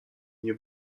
nie